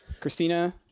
Christina